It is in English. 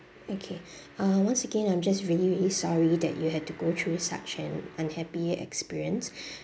okay um once again I'm just really really sorry that you had to go through such an unhappy experience